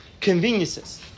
conveniences